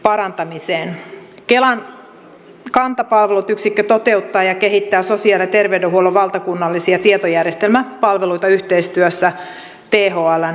kelan kanta palvelut yksikkö toteuttaa ja kehittää sosiaali ja terveydenhuollon valtakunnallisia tietojärjestelmäpalveluita yhteistyössä thln kanssa